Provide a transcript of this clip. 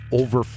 over